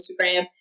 Instagram